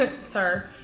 Sir